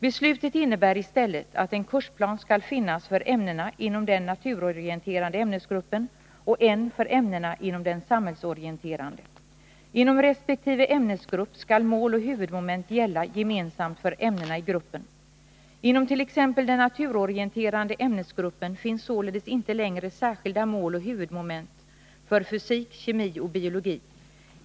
Beslutet innebär i stället att en kursplan skall finnas för ämnena inom den naturorienterande ämnesgruppen och en för ämnena inom den samhällsorienterande. Inom resp. ämnesgrupp skall mål och huvudmoment gälla gemensamt för ämnena i gruppen. den naturorienterande ämnesgruppen finns således inte längre särskilda mål och huvudmoment för fysik, kemi och biologi.